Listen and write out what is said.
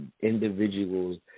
individuals